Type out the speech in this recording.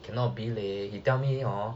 cannot be leh he tell me hor